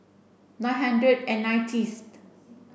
nine hundred and nineties